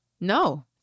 No